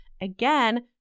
Again